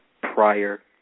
prior